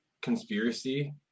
conspiracy